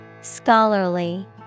Scholarly